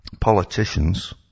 politicians